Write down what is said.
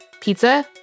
Pizza